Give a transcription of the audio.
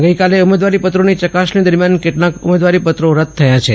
ગઈકાલે ઉમેદવારી પત્રોની ચકાસણી દરમિયાન કેટલાંક ઉમેદવારીપત્રો રદ થયા છે